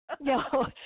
No